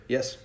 Yes